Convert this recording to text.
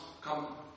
come